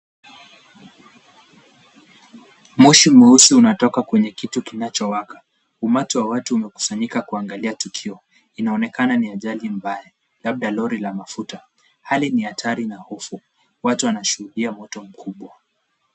Moshi mweusi unatoka kwenye kitu kinachowaka. Umati wa watu umekusanyika kuangalia tukio, inaonekana ni ajali mbaya labda lori la mafuta. Hali ni hatari na hofu. Watu wanashuhudia moto mkubwa.